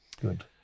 Good